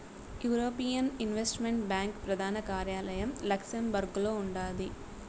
European investment bank ప్రదాన కార్యాలయం లక్సెంబర్గులో ఉండాది